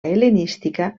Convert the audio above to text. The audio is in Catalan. hel·lenística